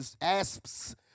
asps